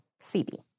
CB